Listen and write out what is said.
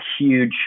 huge